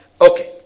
Okay